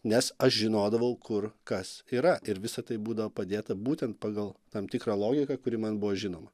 nes aš žinodavau kur kas yra ir visa tai būdavo padėta būtent pagal tam tikrą logiką kuri man buvo žinoma